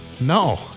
no